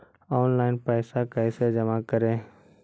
Online पैसा कैसे जमा करे?